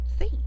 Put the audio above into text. See